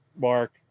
Mark